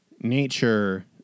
nature